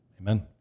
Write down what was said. Amen